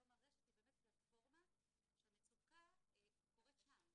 היום הרשת היא באמת פלטפורמה שהמצוקה קורית שם,